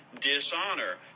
dishonor